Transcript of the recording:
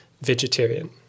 vegetarian